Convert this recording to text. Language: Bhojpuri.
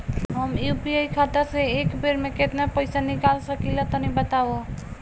हम यू.पी.आई खाता से एक बेर म केतना पइसा निकाल सकिला तनि बतावा?